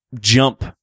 jump